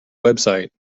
website